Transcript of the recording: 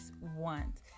want